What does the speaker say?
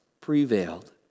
prevailed